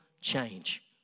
change